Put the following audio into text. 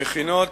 המכינות,